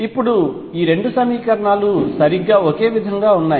ఇప్పుడు ఈ 2 సమీకరణాలు సరిగ్గా ఒకే విధంగా ఉన్నాయి